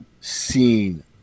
seen